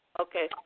Okay